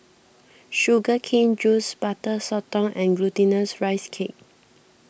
Sugar Cane Juice Butter Sotong and Glutinous Rice Cake